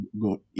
go